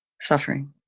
suffering